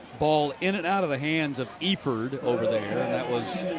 ball in and out of the hands of eafford over there and that was